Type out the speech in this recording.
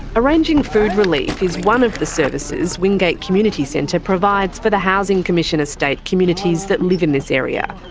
arranging food relief is one of the services wingate community centre provides for the housing commission estate communities that live in this area.